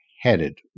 headed